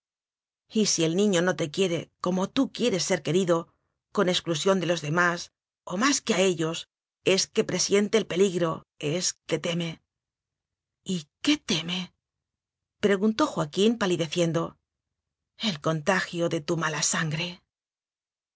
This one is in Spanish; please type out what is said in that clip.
si el niño no te quiere como tú quieres ser querido con exélusión de los demás o más que a ellos es que presiente el peligro es que teme y qué teme preguntó joaquín pali deciendo el contagio de tu mala sangre